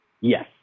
Yes